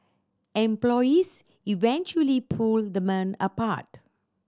employees eventually pulled the men apart